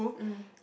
mm